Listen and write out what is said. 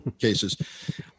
cases